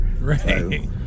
Right